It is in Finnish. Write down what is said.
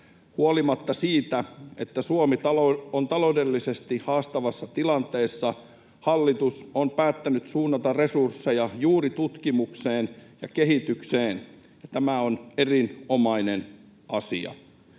Huolimatta siitä, että Suomi on taloudellisesti haastavassa tilanteessa, hallitus on päättänyt suunnata resursseja juuri tutkimukseen ja kehitykseen. Tämä on erinomainen asia.